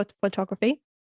photography